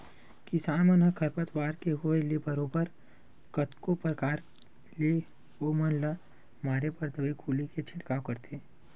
किसान मन ह खरपतवार के होय ले बरोबर कतको परकार ले ओ बन ल मारे बर दवई गोली के छिड़काव करथे